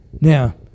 Now